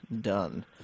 done